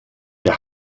der